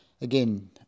Again